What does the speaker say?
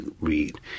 read